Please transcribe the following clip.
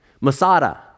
Masada